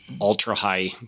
ultra-high